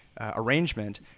arrangement